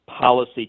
policy